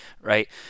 Right